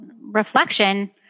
reflection